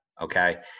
Okay